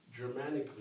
Germanically